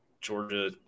Georgia